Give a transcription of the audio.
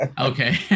okay